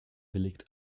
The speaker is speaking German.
willigt